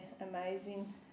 amazing